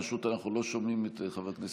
פשוט אנחנו לא שומעים את חבר הכנסת קריב.